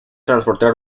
transportar